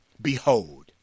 Behold